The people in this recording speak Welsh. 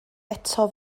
eto